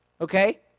Okay